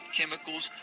Chemicals